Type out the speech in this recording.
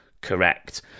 Correct